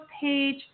page